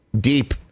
deep